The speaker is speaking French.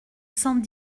cent